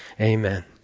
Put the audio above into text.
Amen